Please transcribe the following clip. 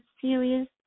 serious